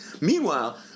Meanwhile